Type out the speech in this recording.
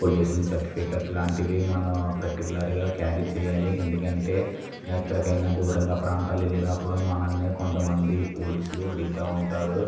pollution certificate లాంటివి మనం పర్టికులర్గా క్యారీ చేయాలి ఎందుకు అంటే ఎక్కడికి అయినా దూరంగా ప్రాంతాలు వెళ్ళినప్పుడు మనలను కొంత మంది పోలీసులు అడుగుతూ ఉంటారు